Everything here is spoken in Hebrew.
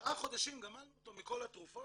ארבעה חודשים גמלנו אותו מכל התרופות